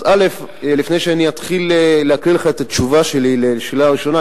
לפני שאני אתחיל להקריא לך את התשובה שלי על השאלה הראשונה,